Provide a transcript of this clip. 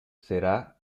será